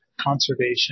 conservation